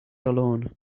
alone